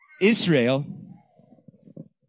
Israel